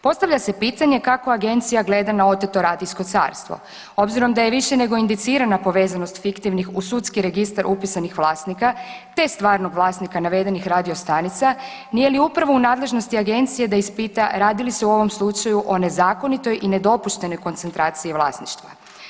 Postavlja se pitanje kako agencija gleda na oteto radijsko carstvo obzirom da je više nego indicirana povezanost fiktivnih u sudski registar upisanih vlasnika, te stvarnog vlasnika navedenih radiostanica, nije li upravo u nadležnosti agencije da ispita radi li se u ovom slučaju o nezakonitoj i nedopuštenoj koncentraciji vlasništva?